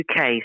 UK